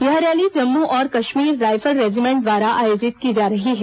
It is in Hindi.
यह रैली जम्मू और कश्मीर राइफल रेजीमेंट द्वारा आयोजित की जा रही है